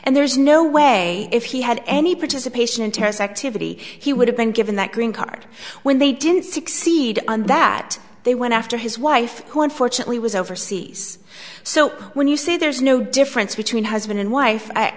and there's no way if he had any participation in terrorist activity he would have been given that green card when they didn't succeed and that they went after his wife who unfortunately was overseas so when you say there's no difference between husband and wife i